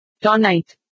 tonight